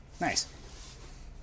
Nice